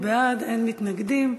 שלושתנו בעד, אין מתנגדים.